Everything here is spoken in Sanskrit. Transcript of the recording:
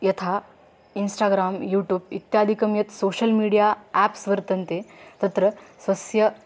यथा इन्स्टाग्राम् यूटूब् इत्यादिकं यत् सोशियल् मीडिया आप्स् वर्तन्ते तत्र स्वस्य